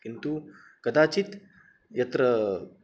किन्तु कदाचित् यत्र